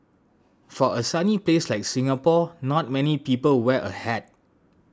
for a sunny place like Singapore not many people wear a hat